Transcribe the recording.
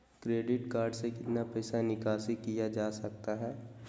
Credit card से कितना पैसा निकासी किया जा सकता है?